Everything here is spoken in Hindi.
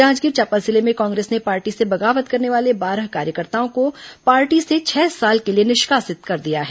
जांजगीर चांपा जिले में कांग्रेस ने पार्टी से बगावत करने वाले बारह कार्यकर्ताओं को पार्टी से छह साल के लिए निष्कासित कर दिया है